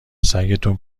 سگتون